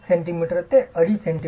5 cm x 2